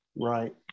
Right